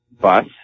bus